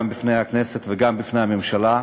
גם בפני הכנסת וגם בפני הממשלה.